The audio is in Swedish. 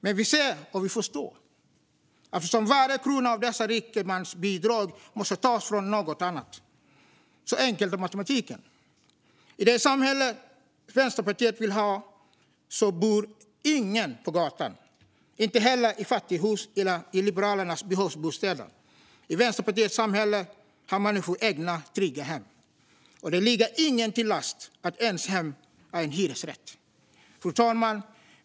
Men vi ser, och vi förstår, eftersom varje krona av dessa rikemansbidrag måste tas från något annat. Så enkel är matematiken. I det samhälle Vänsterpartiet vill ha bor ingen på gatan, inte heller i fattighus eller i Liberalernas behovsbostäder. I Vänsterpartiets samhälle har människor egna, trygga hem. Och det ligger ingen till last att ens hem är en hyresrätt. Fru talman!